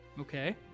Okay